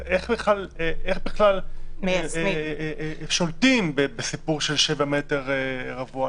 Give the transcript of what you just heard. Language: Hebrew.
איך בכלל שולטים ב-7 מטר רבוע?